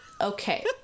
Okay